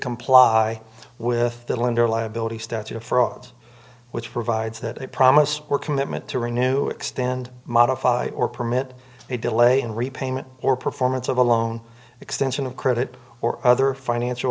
comply with the lender liability statute of frauds which provides that a promise or commitment to renew extend modify or permit a delay in repayment or performance of a loan extension of credit or other financial